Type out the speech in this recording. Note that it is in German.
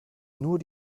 nur